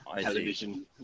television